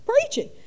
Preaching